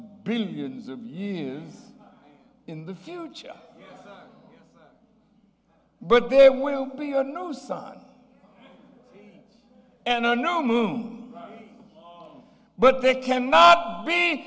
billions of years in the future but there will be your new son and a new moon but they cannot be